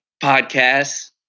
podcasts